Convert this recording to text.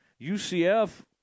UCF